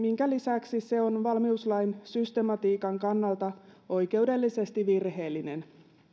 minkä lisäksi se on valmiuslain systematiikan kannalta oikeudellisesti virheellinen